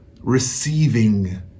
receiving